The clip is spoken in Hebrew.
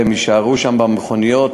והם יישארו במכוניות,